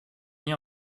nid